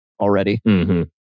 already